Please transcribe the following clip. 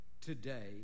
today